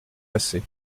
assez